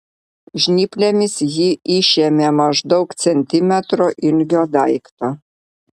žnyplėmis ji išėmė maždaug centimetro ilgio daiktą